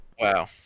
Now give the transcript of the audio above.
Wow